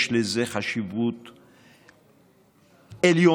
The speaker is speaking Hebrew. יש לזה חשיבות עליונה.